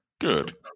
Good